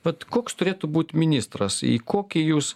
vat koks turėtų būt ministras į kokį jūs